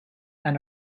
and